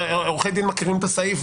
עורכי הדין והרשמים מכירים את הסעיף,